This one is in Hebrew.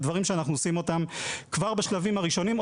ואלה דברים שאנחנו עושים אותם כבר בשלבים הראשונים,